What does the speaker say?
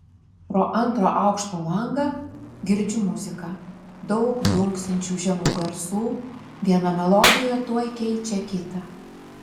pro antro aukšto langą girdžiu muziką daug dunksinčių žemų garsų viena melodija tuoj keičia kitą